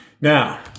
Now